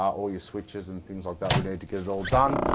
all your switches and things like that we need to get it all done.